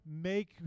make